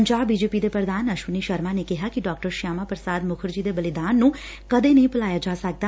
Punjab BJP ਦੇ ਪੁਧਾਨ ਅਸਵਨੀ ਸਰਮਾ ਨੇ ਕਿਹਾ ਕਿ ਡਾ ਸ਼ਿਆਮਾ ਪ੍ਸਾਦ ਮੁਖਰਜੀ ਦੇ ਬਲੀਦਾਨ ਨੂੰ ਕਦੇ ਨਹੀਂ ਭੁਲਾਇਆ ਜਾ ਸਕਦਾ